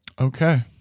Okay